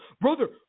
brother